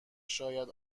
شاید